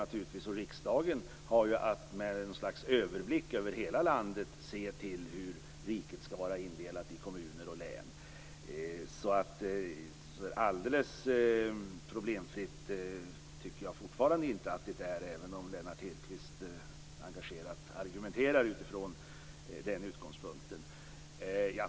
Regeringen och riksdagen har att med något slags överblick över hela landet se till hur riket skall vara indelat i kommuner och län, så alldeles problemfritt tycker jag fortfarande inte att det är, även om Lennart Hedquist engagerat argumenterar utifrån den utgångspunkten.